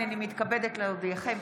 הינני מתכבדת להודיעכם,